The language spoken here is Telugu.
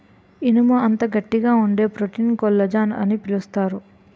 ఇనుము అంత గట్టిగా వుండే ప్రోటీన్ కొల్లజాన్ అని పిలుస్తారు